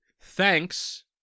thanks